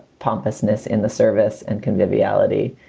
pompousness in the service and conviviality.